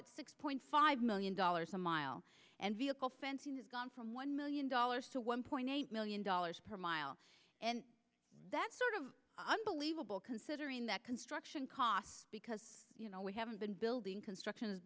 it's six point five million dollars a mile and vehicle fencing gone from one million dollars to one point eight million dollars per mile and that sort of unbelievable considering that construction costs because we haven't been building construction